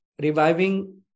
reviving